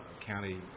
county